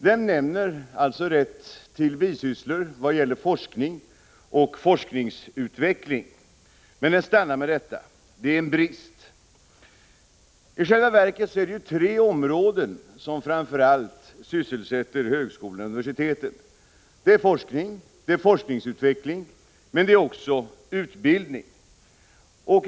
Den nämner alltså rätt till bisysslor vad gäller forskning och forskningsutveckling, men den stannar med detta. Det är en brist. I själva verket är det tre områden som framför allt sysselsätter högskolorna och universiteten. Det är forskning och forskningsutveckling, men det är också utbildning.